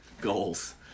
goals